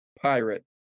Pirate